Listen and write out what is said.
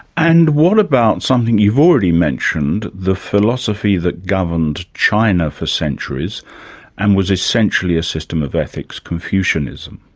and what about something you've already mentioned, the philosophy that governed china for centuries and was essentially a system of ethics, confucianism?